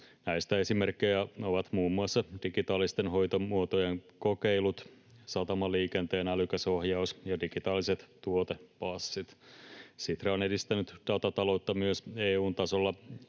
Näistä esimerkkejä ovat muun muassa digitaalisten hoitomuotojen kokeilut, satamaliikenteen älykäs ohjaus ja digitaaliset tuotepassit. Sitra on edistänyt datataloutta myös EU:n tasolla